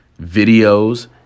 videos